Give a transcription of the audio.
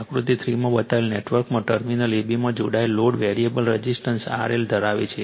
આકૃતિ 3 માં બતાવેલ નેટવર્કમાં ટર્મિનલ AB માં જોડાયેલ લોડ વેરીએબલ રઝિસ્ટન્સ RL ધરાવે છે